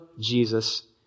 Jesus